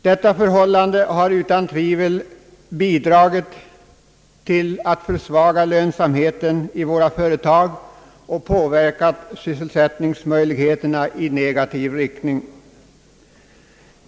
Detta förhållande har utan tvivel bidragit till att försvaga lönsamheten i våra företag och påverkat sysselsättningsmöjligheterna i negativ riktning.